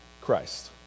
Christ